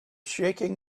shaking